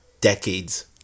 decades